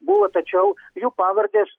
buvo tačiau jų pavardės